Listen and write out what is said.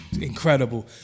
Incredible